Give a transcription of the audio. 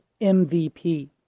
MVP